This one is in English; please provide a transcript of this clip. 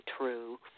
true